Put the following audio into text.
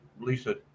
Lisa